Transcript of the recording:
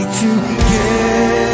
together